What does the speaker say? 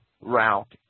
route